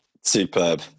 Superb